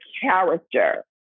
character